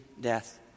death